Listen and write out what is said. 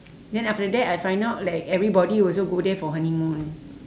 then after that I find out like everybody also go there for honeymoon